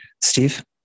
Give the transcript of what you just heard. Steve